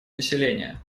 населения